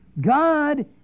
God